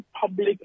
public